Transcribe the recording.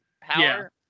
power